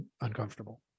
uncomfortable